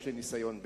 יש לי ניסיון בזה: